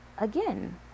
again